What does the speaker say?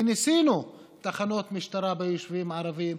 כי ניסינו תחנות משטרה ביישובים ערביים.